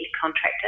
contractor